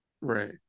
Right